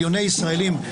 מיליוני ישראלים,